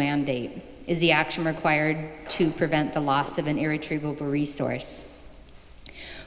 mandate is the action required to prevent the loss of an irretrievable resource